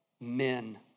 men